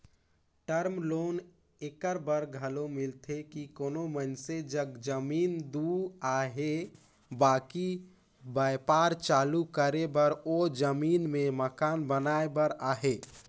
term loan एकर बर घलो मिलथे कि कोनो मइनसे जग जमीन दो अहे बकि बयपार चालू करे बर ओ जमीन में मकान बनाए बर अहे